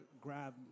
grab